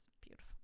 beautiful